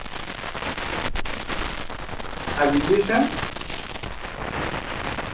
ᱟᱨ graduation